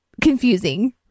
confusing